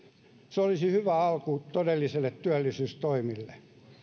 se olisi hyvä alku todellisille työllisyystoimille